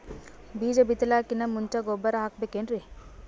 ಬೀಜ ಬಿತಲಾಕಿನ್ ಮುಂಚ ಗೊಬ್ಬರ ಹಾಕಬೇಕ್ ಏನ್ರೀ?